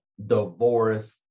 divorce